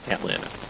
Atlanta